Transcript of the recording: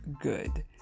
good